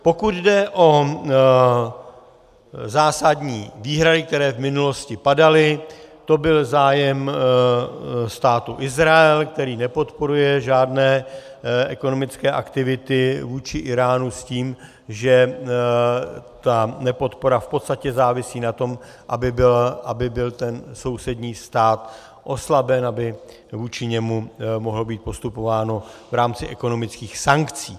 Pokud jde o zásadní výhrady, které v minulosti padaly, to byl zájem Státu Izrael, který nepodporuje žádné ekonomické aktivity vůči Íránu, s tím, že ta nepodpora v podstatě závisí na tom, aby byl ten sousední stát oslaben, aby vůči němu mohlo být postupováno v rámci ekonomických sankcí.